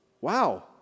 Wow